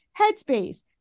headspace